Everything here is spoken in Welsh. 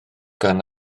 gan